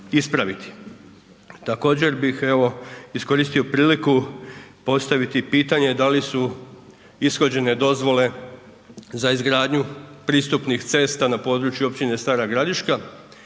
Također bih evo iskoristio priliku postaviti pitanje da li su ishođene dozvole za izgradnju pristupnih cesta na području općine Stara Gradiška,